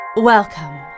Welcome